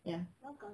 ya